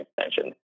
extension